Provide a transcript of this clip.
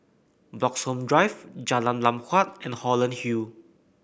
Bloxhome Drive Jalan Lam Huat and Holland Hill